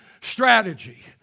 strategy